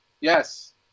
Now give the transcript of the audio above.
Yes